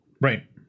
right